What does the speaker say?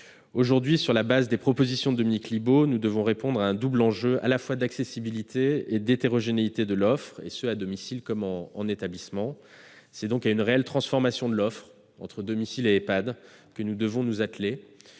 Aujourd'hui, sur la base des propositions de Dominique Libault, nous devons répondre à un double enjeu d'accessibilité et d'hétérogénéité de l'offre, à domicile comme en établissement. C'est donc à une réelle transformation de l'offre entre domicile et Ehpad que nous devons nous atteler,